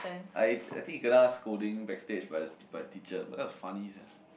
I I think he kena scolding backstage by the by the teacher but that was funny sia